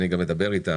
אני גם אדבר איתה